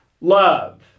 love